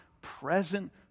present